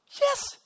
Yes